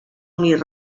unir